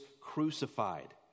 crucified